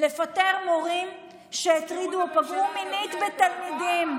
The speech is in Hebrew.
לפטר מורים שהטרידו או פגעו מינית בתלמידים.